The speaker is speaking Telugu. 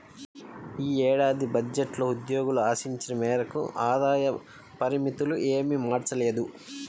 ఈ ఏడాది బడ్జెట్లో ఉద్యోగులు ఆశించిన మేరకు ఆదాయ పరిమితులు ఏమీ మార్చలేదు